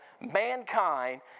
mankind